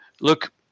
look